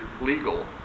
legal